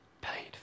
paid